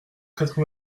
quatre